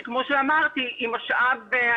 שכמו שאמרתי היא משאב.